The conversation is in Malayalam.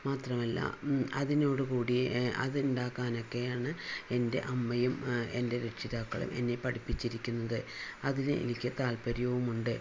മാത്രമല്ല അതിനോട് കൂടി അതുണ്ടാക്കാനൊക്കെയാണ് എൻ്റെ അമ്മയും എൻ്റെ രക്ഷിതാക്കളും എന്നെ പഠിപ്പിച്ചിരിക്കുന്നത് അതിന് എനിക്ക് താത്പര്യവുമുണ്ട്